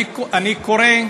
אני קורא,